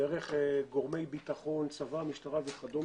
דרך גורמי ביטחון, צבא, משטרה וכדומה.